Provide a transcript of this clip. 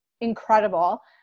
incredible